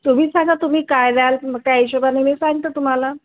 तुम्ही सांगा तुम्ही काय द्याल मग त्या हिशेबाने मी सांगते तुम्हाला